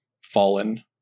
fallen